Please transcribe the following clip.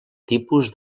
tipus